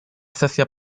sesja